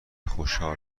خوشحال